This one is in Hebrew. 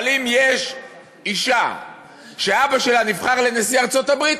אבל אם יש אישה שאבא שלה נבחר לנשיא ארצות-הברית,